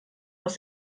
aus